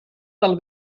del